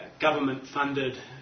government-funded